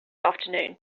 afternoon